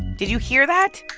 did you hear that?